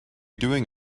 doing